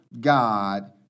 God